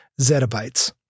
zettabytes